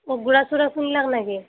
অঁ গুড়া চুড়া খুন্দ্লাক নেকি